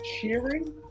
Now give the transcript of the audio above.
cheering